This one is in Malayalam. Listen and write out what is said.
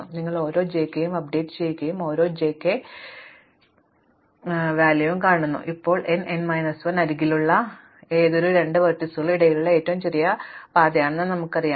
അതിനാൽ നിങ്ങൾ ഓരോ j k യും അപ്ഡേറ്റ് ചെയ്യുകയും ഓരോ j k യും അപ്ഡേറ്റ് ചെയ്യുകയും ചെയ്യുന്നു ഇപ്പോൾ n n മൈനസ് 1 അരികുകളിലുള്ള ഏതൊരു രണ്ട് ലംബങ്ങൾക്കും ഇടയിലുള്ള ഏറ്റവും ചെറിയ പാതയാണെന്ന് ഞങ്ങൾക്കറിയാം